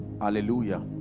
Hallelujah